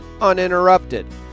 Uninterrupted